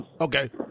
Okay